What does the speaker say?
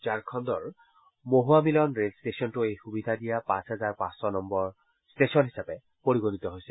ঝাৰখণ্ডৰ মহুৱামিলন ৰে'ল ষ্টেচনটো এই সুবিধা দিয়া পাঁচ হাজাৰ পাঁচশ নম্বৰ হিচাপে পৰিগণিত হৈছে